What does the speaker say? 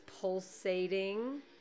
pulsating